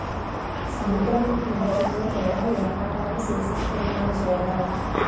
సముద్రపు నాచుతో కూడా యేపారాలు సేసేస్తున్నారు సూడరా